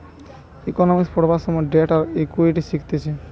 economics পড়বার সময় debt আর ইকুইটি শিখতিছে